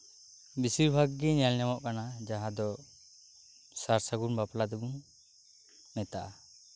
ᱵᱮᱥᱤᱨᱵᱷᱟᱜ ᱜᱮ ᱧᱮᱞ ᱧᱟᱢᱚᱜ ᱠᱟᱱᱟ ᱡᱟᱦᱟᱸ ᱫᱚ ᱥᱟᱨᱥᱟᱹᱜᱩᱱ ᱵᱟᱯᱞᱟ ᱫᱚᱵᱚᱱ ᱢᱮᱛᱟᱜᱼᱟ